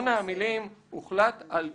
המילים "הוחלט על פתיחת".